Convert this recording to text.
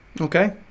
Okay